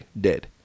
Dead